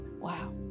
Wow